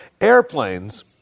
airplanes